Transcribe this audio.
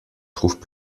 trouvent